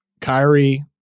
Kyrie